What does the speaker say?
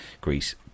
Greece